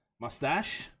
mustache